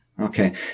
Okay